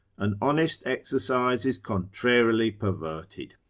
an honest exercise is contrarily perverted.